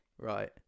Right